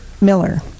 Miller